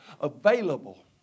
available